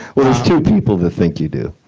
well, there's two people that think you do.